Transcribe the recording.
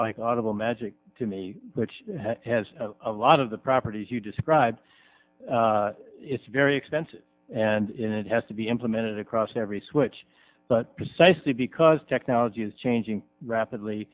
the magic to me which has a lot of the properties you describe it's very expensive and it has to be implemented across every switch but precisely because technology is changing rapidly